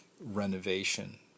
renovation